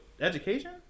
education